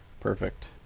perfect